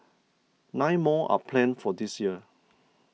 nine more are planned for this year